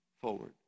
forward